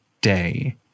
day